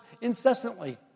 incessantly